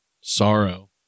sorrow